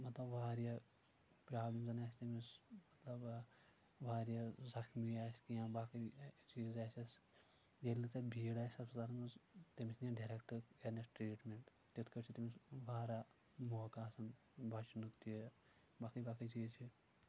مطلب واریاہ پرابلِم زن آسہِ تٔمِس مطلب واریاہ زخمی آسہِ کینٛہہ باقٕے چیٖز آسٮ۪س ییٚلہِ نہٕ تتہِ بیٖڑ آسہِ ہسپتالس منٛز تٔمِس نین ڈاریکٹ کرنس ٹریٹمیٚنٹ تِتھ کٲنٛٹھۍ چھِ تٔمِس واریاہ موقعہٕ آسان بچنُک تہِ باقٕے باقٕے چیٖز چھِ